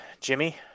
Jimmy